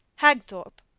hagthorpe,